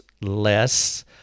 less